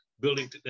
building